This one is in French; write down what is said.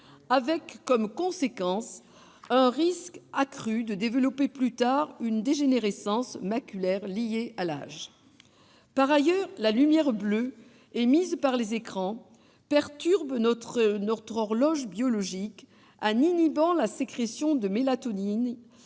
la conséquence est un risque accru de développer plus tard une dégénérescence maculaire liée à l'âge. Par ailleurs, la lumière bleue émise par les écrans perturbe notre horloge biologique en inhibant la sécrétion de mélatonine,